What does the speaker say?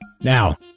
Now